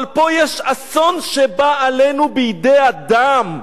אבל פה יש אסון שבא עלינו מידי אדם,